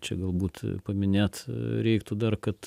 čia galbūt paminėt reiktų dar kad